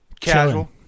casual